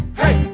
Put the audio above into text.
hey